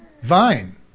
vine